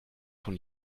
von